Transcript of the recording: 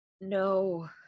No